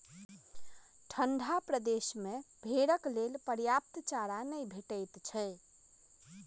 ठंढा प्रदेश मे भेंड़क लेल पर्याप्त चारा नै भेटैत छै